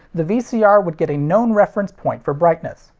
the vcr would get a known reference point for brightness.